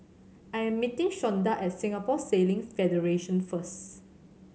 I am meeting Shonda at Singapore Sailing Federation first